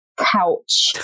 Couch